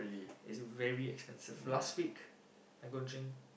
is very expensive last week I go drink